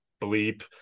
bleep